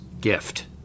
gift